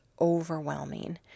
overwhelming